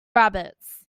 rabbits